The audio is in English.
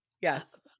yes